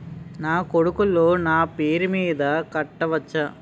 నా కొడుకులు నా పేరి మీద కట్ట వచ్చా?